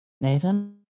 Nathan